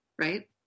Right